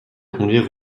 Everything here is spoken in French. conduire